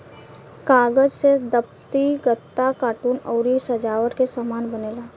कागज से दफ्ती, गत्ता, कार्टून अउरी सजावट के सामान बनेला